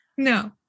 No